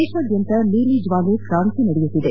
ದೇಶಾದ್ಯಂತ ನೀಲಿಜ್ವಾಲೆ ಕ್ರಾಂತಿ ನಡೆಯುತ್ತಿದೆ